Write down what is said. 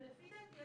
ולדעתי,